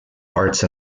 arts